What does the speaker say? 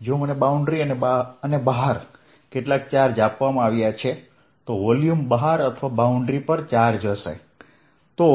જો મને બાઉન્ડ્રી અને બહાર કેટલાક ચાર્જ આપવામાં આવ્યા છે તો વોલ્યુમ બહાર અથવા બાઉન્ડ્રી પર ચાર્જ હશે તો